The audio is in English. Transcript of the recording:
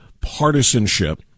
partisanship